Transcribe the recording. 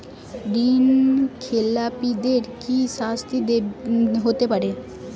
ঋণ খেলাপিদের কি শাস্তি হতে পারে?